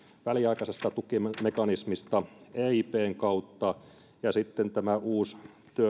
väliaikaisesta tukimekanismista eipn kautta ja sitten kun on tämä uusi